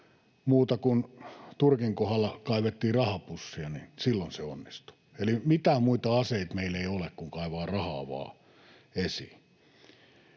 paitsi Turkin kohdalla kun kaivettiin rahapussia, niin silloin se onnistui. Eli mitään muita aseita meillä ei ole kuin kaivaa vain rahaa esiin.